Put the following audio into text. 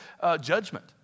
judgment